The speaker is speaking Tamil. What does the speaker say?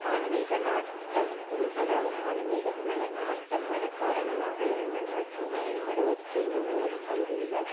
ஆன்மீக நாட்டம் அதாவது ஆன்மீகத்துக்கு மேலே நாட்டம் வர காரணமாக இருந்தங்காட்டி மேல்மருவத்தூர் பகுதியில்